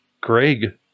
Greg